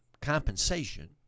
compensation